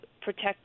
protect